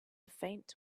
faint